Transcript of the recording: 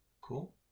Cool